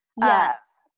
Yes